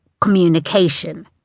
communication